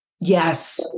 Yes